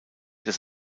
des